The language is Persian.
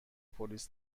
پلیس